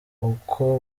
uko